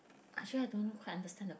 actually I don't know quite understand the